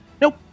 nope